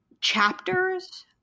chapters